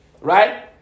Right